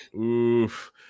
oof